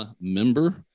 member